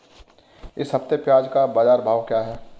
इस हफ्ते प्याज़ का बाज़ार भाव क्या है?